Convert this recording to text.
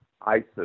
ISIS